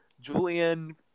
Julian